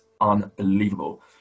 unbelievable